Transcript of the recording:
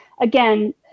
again